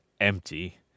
empty